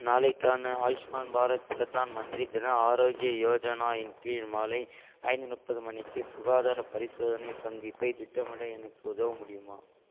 நாளைக்கான ஆயுஷ்மான் பாரத் ப்ரதான் மந்திரி ஜன ஆரோக்ய யோஜனா இன் கீழ் மாலை ஐந்து முப்பது மணிக்கு சுகாதாரப் பரிசோதனை சந்திப்பைத் திட்டமிட எனக்கு உதவ முடியுமா